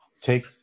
Take